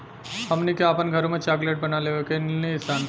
हमनी के आपन घरों में चॉकलेट बना लेवे नी सन